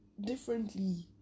differently